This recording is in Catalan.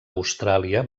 austràlia